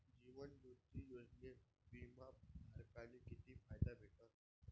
जीवन ज्योती योजनेत बिमा धारकाले किती फायदा भेटन?